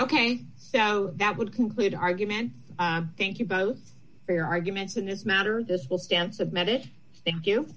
ok so that would conclude argument thank you both for arguments in this matter this will stand submitted thank you